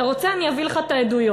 אתה רוצה, אני אביא לך את העדויות.